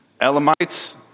Elamites